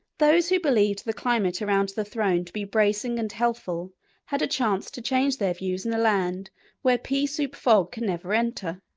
those who believed the climate around the throne to be bracing and healthful had a chance to change their views in a land where pea-soup fog can never enter.